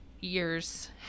years